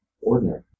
ordinary